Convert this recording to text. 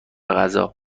غذا